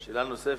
שאלה נוספת?